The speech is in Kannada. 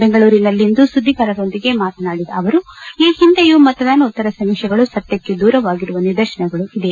ಬೆಂಗಳೂರಿನಲ್ಲಿಂದು ಸುದ್ದಿಗಾರರೊಂದಿಗೆ ಮಾತನಾಡಿದ ಅವರು ಈ ಹಿಂದೆಯೂ ಮತದಾನೋತ್ತರ ಸಮೀಕ್ಷೆಗಳು ಸತ್ಯಕ್ಕೆ ದೂರವಾಗಿರುವ ನಿರ್ದಶನಗಳು ಇದೆ